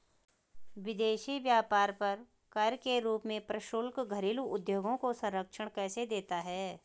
विदेशी व्यापार पर कर के रूप में प्रशुल्क घरेलू उद्योगों को संरक्षण कैसे देता है?